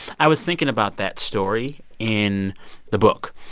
i was thinking about that story in the book.